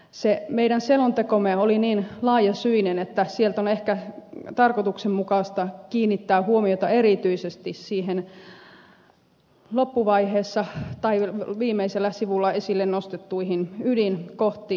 se meidän selontekomme oli niin laajasyinen että sieltä on ehkä tarkoituksenmukaista kiinnittää huomiota erityisesti viimeisellä sivulla esille nostettuihin ydinkohtiin